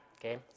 okay